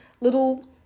little